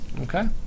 Okay